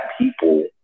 people